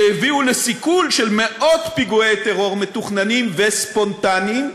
שהביאו לסיכול של מאות פיגועי טרור מתוכננים וספונטניים,